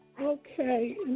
Okay